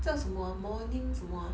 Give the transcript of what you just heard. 叫什么 morning 什么 ah